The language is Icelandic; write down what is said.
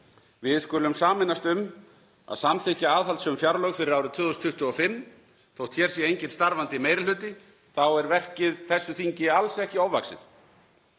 Við skulum sameinast um að samþykkja aðhaldssöm fjárlög fyrir árið 2025. Þótt hér sé enginn starfandi meiri hluti þá er verkið þessu þingi alls ekki ofvaxið.